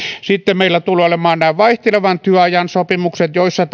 sitten meillä tulee olemaan nämä vaihtelevan työajan sopimukset joissa